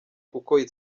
kuko